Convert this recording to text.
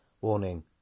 Warning